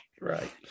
right